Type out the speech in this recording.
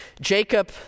Jacob